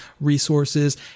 resources